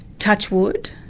touch wood,